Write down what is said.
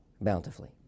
bountifully